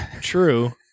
true